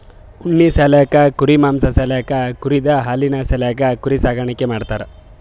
ಉಣ್ಣಿ ಸಾಲ್ಯಾಕ್ ಕುರಿ ಮಾಂಸಾ ಸಾಲ್ಯಾಕ್ ಕುರಿದ್ ಹಾಲಿನ್ ಸಾಲ್ಯಾಕ್ ಕುರಿ ಸಾಕಾಣಿಕೆ ಮಾಡ್ತಾರಾ